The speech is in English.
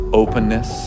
openness